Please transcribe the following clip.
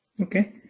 Okay